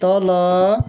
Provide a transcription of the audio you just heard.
तल